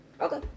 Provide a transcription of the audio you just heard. Okay